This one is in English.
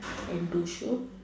and blue shoe